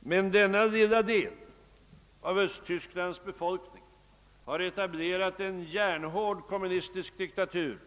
Men denna lilla del av Östtysklands befolkning har etablerat en järnhård kommunistisk diktatur